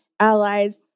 allies